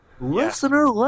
listener